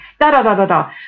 da-da-da-da-da